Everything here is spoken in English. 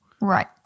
Right